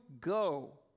go